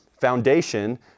foundation